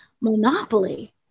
monopoly